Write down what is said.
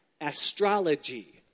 astrology